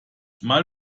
mal